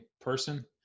person